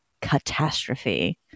Catastrophe